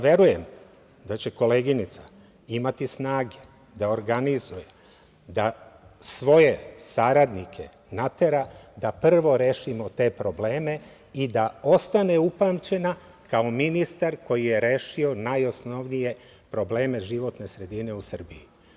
Verujem da će koleginica imati snage da organizuje, da svoje saradnike natera da prvo rešimo te probleme i da ostane upamćena kao ministar koji je rešio najosnovnije probleme životne sredine u Srbiji.